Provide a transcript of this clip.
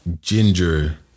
ginger